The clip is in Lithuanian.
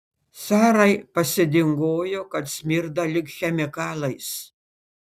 sarai pasidingojo kad smirda lyg chemikalais